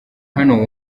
hano